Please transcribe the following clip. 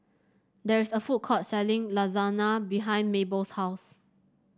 there is a food court selling Lasagna behind Mabell's house